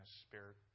spirit